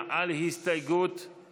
נוכחים, אז אנחנו לא נדון בהסתייגויות שלהם,